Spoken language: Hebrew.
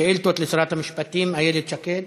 שאילתות לשרת המשפטים איילת שקד.